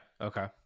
Okay